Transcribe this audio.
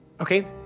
Okay